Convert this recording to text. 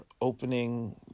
opening